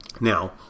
Now